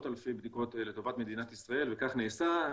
אלפי בדיקות לטובת מדינת ישראל וכך נעשה.